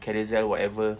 carousell whatever